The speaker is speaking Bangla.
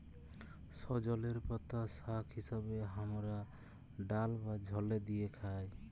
সজলের পাতা শাক হিসেবে হামরা ডাল বা ঝলে দিয়ে খাই